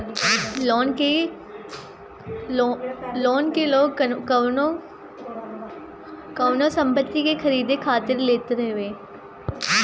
loan के लोग कवनो भी संपत्ति के खरीदे खातिर लेत हवे